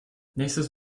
nächstes